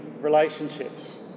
relationships